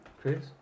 Chris